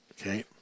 Okay